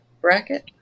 bracket